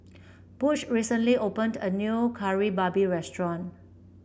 Butch recently opened a new Kari Babi restaurant